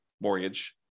mortgage